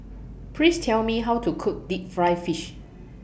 Please Tell Me How to Cook Deep Fried Fish